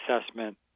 assessment